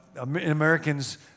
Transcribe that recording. American's